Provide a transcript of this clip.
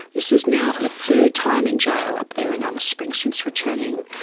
this is now her third time in jail up there in alice springs since returning,